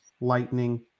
lightning